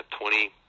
twenty